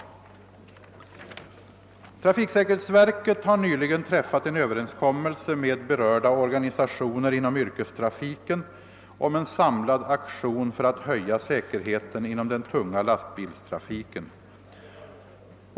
Trafiksäkerhetsverket har nyligen träffat en överenskommelse med berörda organisationer inom yrkestrafiken om en samlad aktion för att höja säkerheten inom den tunga lastbilstrafiken.